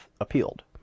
appealed